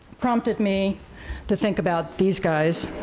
prompted me to think about these guys.